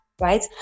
right